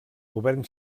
govern